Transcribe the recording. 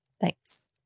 Thanks